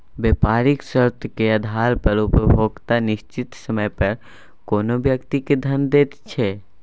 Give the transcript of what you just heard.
बेपारिक शर्तेक आधार पर उपभोक्ता निश्चित समय पर कोनो व्यक्ति केँ धन दैत छै